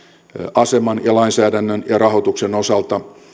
aseman ja lainsäädännön rahoituksen osalta